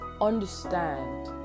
understand